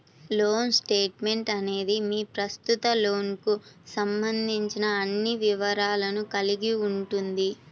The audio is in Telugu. లోన్ స్టేట్మెంట్ అనేది మీ ప్రస్తుత లోన్కు సంబంధించిన అన్ని వివరాలను కలిగి ఉంటుంది